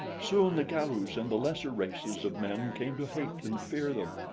soon the galus and the lesser races of men came to hate and fear them.